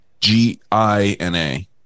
G-I-N-A